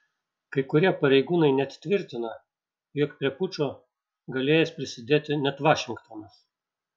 kai kurie pareigūnai net tvirtina jog prie pučo galėjęs prisidėti net vašingtonas